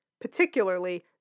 Particularly